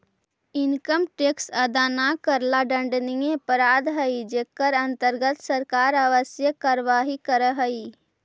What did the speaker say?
income tax अदा न करला दंडनीय अपराध हई जेकर अंतर्गत सरकार आवश्यक कार्यवाही करऽ हई